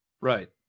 Right